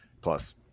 plus